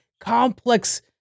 complex